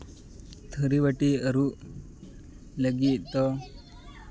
ᱛᱷᱟᱹᱨᱤ ᱵᱟᱹᱴᱤ ᱟᱹᱨᱩᱵ ᱞᱟᱹᱜᱤᱫ ᱫᱚ